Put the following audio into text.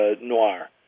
noir